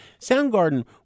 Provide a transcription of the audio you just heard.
Soundgarden